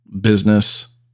business